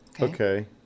Okay